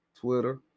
twitter